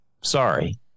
Sorry